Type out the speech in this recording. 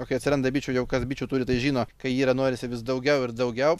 o kai atsiranda bičių jau kas bičių turi tai žino kai yra norisi vis daugiau ir daugiau